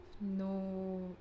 no